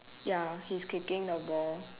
ya he's kicking the ball